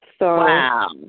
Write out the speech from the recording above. Wow